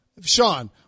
Sean